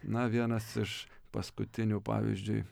na vienas iš paskutinių pavyzdžiui